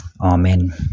Amen